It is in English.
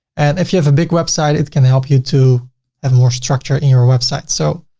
and if you have a big website, it can help you to have more structure in your website. so